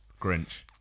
Grinch